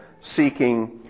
seeking